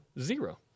Zero